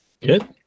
Good